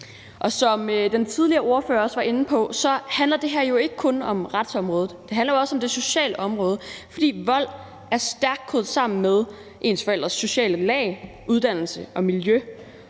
Og som den tidligere ordfører også var inde på, handler det her jo ikke kun om retsområdet. Det handler også om det sociale område, fordi vold er stærkt kædet sammen med ens forældres sociale lag, uddannelse og miljø.